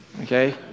okay